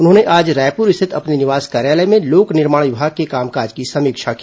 उन्होंने आज रायपुर स्थित अपने निवास कार्यालय में लोक निर्माण विभाग के काम काज की समीक्षा की